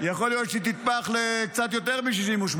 יכול להיות שהיא תצמח לקצת יותר מ-68,